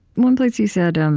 one place, you said um